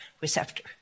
receptor